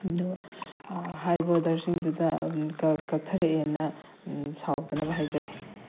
ꯑꯗꯨ ꯍꯥꯏꯔꯤꯕ ꯑꯣꯗꯔꯁꯤꯡꯗꯨꯗ ꯀꯛꯊꯔꯛꯑꯦꯅ ꯁꯥꯎꯗꯅꯕ ꯍꯥꯏꯖꯔꯤ